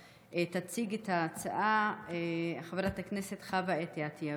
מס' 1685. תציג את ההצעה חברת הכנסת חוה אתי עטייה,